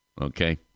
Okay